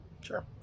Sure